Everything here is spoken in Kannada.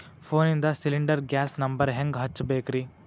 ಫೋನಿಂದ ಸಿಲಿಂಡರ್ ಗ್ಯಾಸ್ ನಂಬರ್ ಹೆಂಗ್ ಹಚ್ಚ ಬೇಕ್ರಿ?